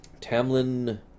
Tamlin